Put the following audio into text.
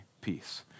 peace